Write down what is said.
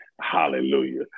Hallelujah